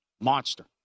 monster